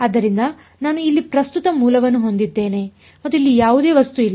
ಆದ್ದರಿಂದ ನಾನು ಇಲ್ಲಿ ಪ್ರಸ್ತುತ ಮೂಲವನ್ನು ಹೊಂದಿದ್ದೇನೆ ಮತ್ತು ಇಲ್ಲಿ ಯಾವುದೇ ವಸ್ತು ಇಲ್ಲ